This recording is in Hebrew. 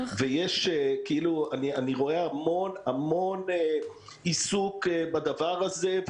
אני רואה המון עיסוק בדבר הזה,